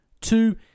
Two